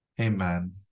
Amen